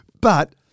But-